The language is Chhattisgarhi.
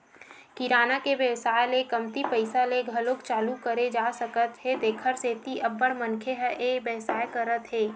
किराना के बेवसाय ल कमती पइसा ले घलो चालू करे जा सकत हे तेखर सेती अब्बड़ मनखे ह ए बेवसाय करत हे